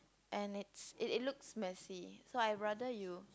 and it's it it looks messy so I rather you